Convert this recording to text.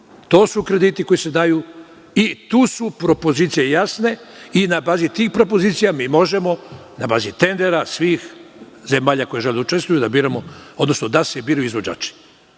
To su krediti koji se daju i tu su propozicije jasne i na bazi tih propozicija mi možemo, na bazi tendera svih zemalja koje žele da učestvuju, da biramo, odnosno da se biraju izvođači.